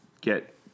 get